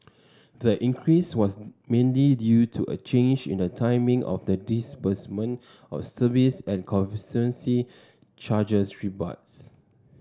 the increase was mainly due to a change in the timing of the disbursement of service and conservancy charges rebates